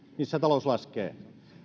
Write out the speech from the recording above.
niissä talous laskee